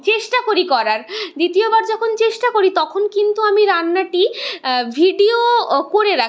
চেষ্টা করি করার দ্বিতীয়বার যখন চেষ্টা করি তখন কিন্তু আমি রান্নাটি ভিডিও করে রাখি